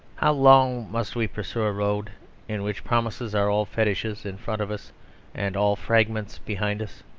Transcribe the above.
how long must we pursue a road in which promises are all fetishes in front of us and all fragments behind us?